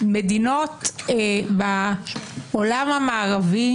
מדינות בעולם המערבי,